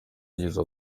yigeze